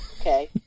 okay